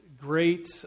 great